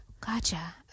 gotcha